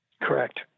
Correct